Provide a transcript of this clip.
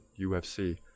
UFC